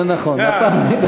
זה נכון.